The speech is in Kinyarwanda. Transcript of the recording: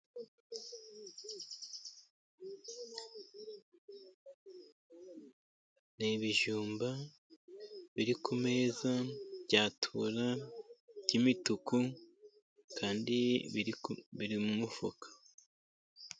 Ni ibijumba biri ku meza bya tura, by'imituku, kandi biri mu mifuka .